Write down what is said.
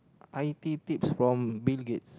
i_t tips from Bill-Gates